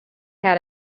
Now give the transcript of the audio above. had